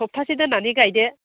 सफ्तासे दोननानै गायदो